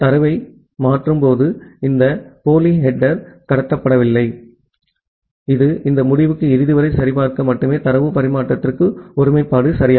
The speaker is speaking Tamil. தரவை மாற்றும் போது இந்த போலி தலைப்பு கடத்தப்படுவதில்லை இது இந்த முடிவுக்கு இறுதிவரை சரிபார்க்க மட்டுமே தரவு பரிமாற்றத்தின் ஒருமைப்பாடு சரி